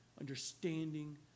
understanding